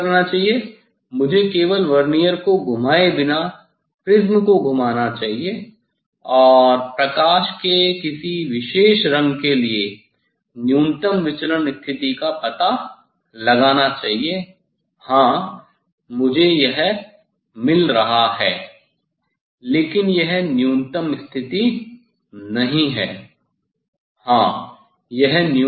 मुझे क्या करना चाहिए मुझे केवल वर्नियर को घुमाए बिना प्रिज्म को घुमाना चाहिए और प्रकाश के किसी विशेष रंग के लिए न्यूनतम विचलन स्थिति का पता लगाना चाहिए हां मुझे यह मिला है हां लेकिन यह न्यूनतम स्थिति नहीं है